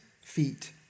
feet